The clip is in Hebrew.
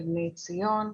בבני ציון,